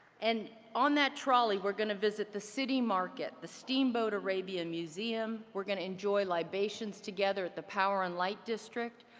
and on that trolley, we're going to visit the city market, the steamboat arabia museum. we're going to enjoy libations together at the power and light district.